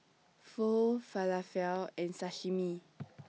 Pho Falafel and Sashimi